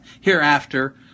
hereafter